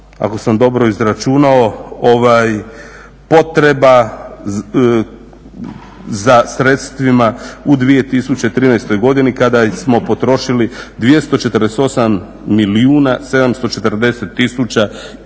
ako sam dobro izračunao, potreba za sredstvima u 2013. godini kada smo potrošili 248 741 000 kunu.